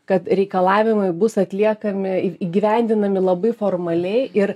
kad reikalavimai bus atliekami ir įgyvendinami labai formaliai ir